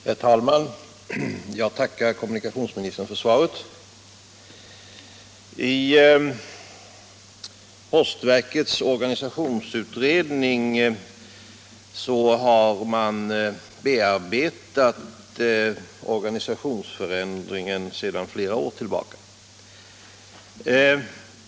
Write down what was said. Herr talman! Jag tackar kommunikationsministern för svaret. I postverkets organisationsutredning har man sedan flera år tillbaka bearbetat organisationsförändringen.